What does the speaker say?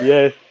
Yes